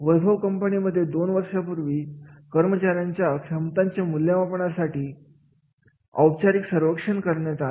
वैभव कंपनीमध्ये दोन वर्षापूर्वी कर्मचाऱ्यांच्या क्षमतांची मूल्यमापन साठी मूल्यमापनासाठी औपचारिक सर्वेक्षण करण्यात आले